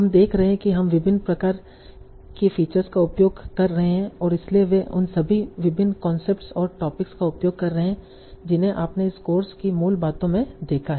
हम देख रहे हैं कि हम विभिन्न प्रकार की फीचर्स का बहुत उपयोग कर रहे हैं और इसलिए वे उन सभी विभिन्न कॉन्सेप्ट्स और टॉपिक्स का उपयोग कर रहे हैं जिन्हें आपने इस कोर्स की मूल बातों में देखा है